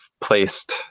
placed